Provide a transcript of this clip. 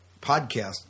-podcast